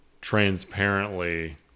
transparently